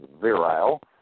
virile